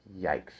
Yikes